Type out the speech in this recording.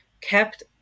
kept